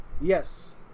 yes